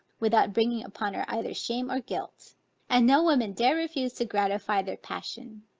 without bringing upon her either shame or guilt and no woman dare refuse to gratify their passion.